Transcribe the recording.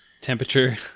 Temperature